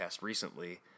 recently